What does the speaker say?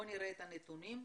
נראה את הנתונים.